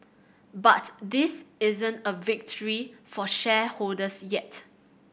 but this isn't a victory for shareholders yet